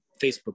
Facebook